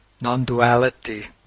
non-duality